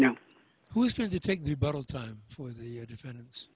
know who's going to take the battle time for the defense